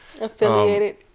Affiliated